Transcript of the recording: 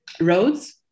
Roads